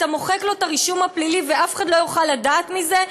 אתה מוחק לו את הרישום הפלילי ואף אחד לא יוכל לדעת מזה?